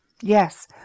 Yes